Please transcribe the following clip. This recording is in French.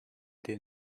des